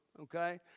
okay